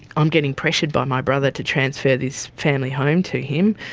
i'm getting pressured by my brother to transfer this family home to him.